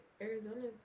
Arizona's